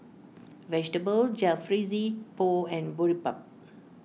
Vegetable Jalfrezi Pho and Boribap